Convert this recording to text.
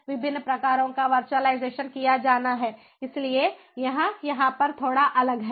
विभिन्न प्रकारों का वर्चुअलाइजेशन किया जाना है इसलिए यह यहाँ पर थोड़ा अलग है